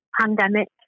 pandemic